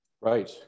Right